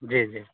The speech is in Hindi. जी जी